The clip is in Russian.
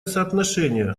соотношение